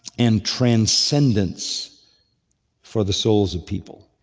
and transcendence for the souls of people.